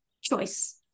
choice